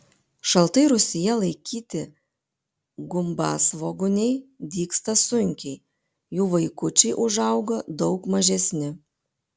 šaltai rūsyje laikyti gumbasvogūniai dygsta sunkiai jų vaikučiai užauga daug mažesni